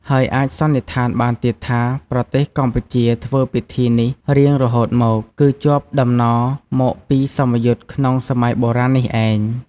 ហើយអាចសន្និដ្ឋានបានទៀតថា ប្រទេសកម្ពុជាធ្វើពិធីនេះរៀងរហូតមកគឺ ជាប់តំណមកពីសមយុទ្ធក្នុងសម័យបុរាណនេះឯង។